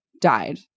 died